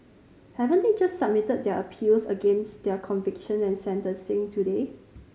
haven't they just submitted their appeals against their conviction and sentencing today